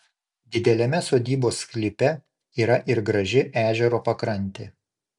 dideliame sodybos sklype yra ir graži ežero pakrantė